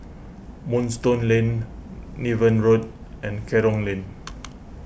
Moonstone Lane Niven Road and Kerong Lane